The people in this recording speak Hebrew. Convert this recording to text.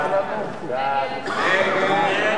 ההסתייגות של קבוצת סיעת חד"ש ושל חברי